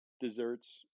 desserts